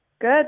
Good